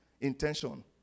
intention